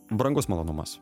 brangus malonumas